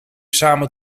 samen